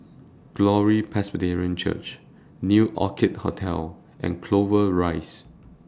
Glory Presbyterian Church New Orchid Hotel and Clover Rise